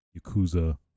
Yakuza